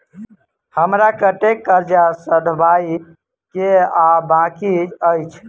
हमरा कतेक कर्जा सधाबई केँ आ बाकी अछि?